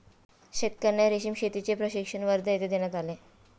शेतकर्यांना रेशीम शेतीचे प्रशिक्षण वर्धा येथे देण्यात आले